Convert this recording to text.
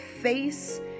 face